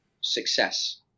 success